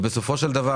בסופו של דבר,